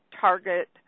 target